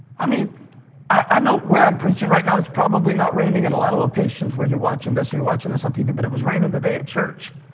i mean i know where i'm preaching right now, it's probably not raining in a lot of locations where you're watching this or you're watching this on tv, but it was raining today at church,